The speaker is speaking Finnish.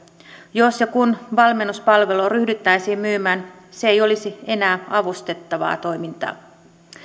jos ja kun valmennuspalvelua ryhdyttäisiin myymään se ei olisi enää avustettavaa toimintaa